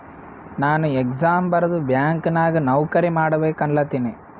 ನಾನು ಎಕ್ಸಾಮ್ ಬರ್ದು ಬ್ಯಾಂಕ್ ನಾಗ್ ನೌಕರಿ ಮಾಡ್ಬೇಕ ಅನ್ಲತಿನ